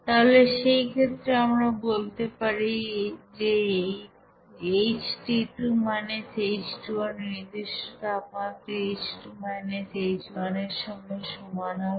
তাহলে সেই ক্ষেত্রে আমরা বলতে পারি যে এই Ht2 - Ht1 নির্দিষ্ট তাপমাত্রায় H2 - H1 এর সঙ্গে সমান হবে